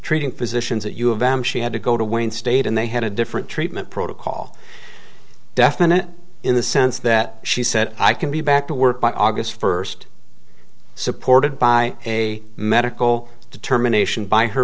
treating physicians at u of m she had to go to wayne state and they had a different treatment protocol definite in the sense that she said i can be back to work by august first supported by a medical determination by her